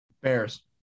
Bears